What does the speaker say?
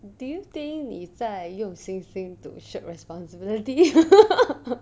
do you think 你在用星星 to shirk responsibility